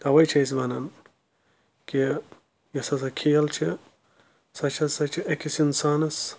تَوَے چھِ أسۍ وَنان کہِ یۄس ہَسا کَھیل چھِ سۄ چھِ ہَسا چھِ أکِس اِنسانَس